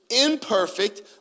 imperfect